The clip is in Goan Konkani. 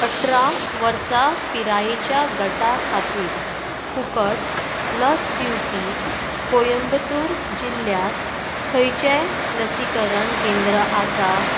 अठरां वर्सां पिरायेच्या गटा खातीर फुकट लस दिवपी कोइंबतूर जिल्ल्यांत खंयचेंय लसीकरण केंद्र आसा